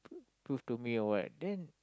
prove to me or what then